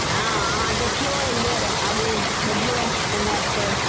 हँ अहाँ देखियौ एकबेर आगू खोजियौ केमहर छै